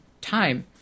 time